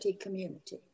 community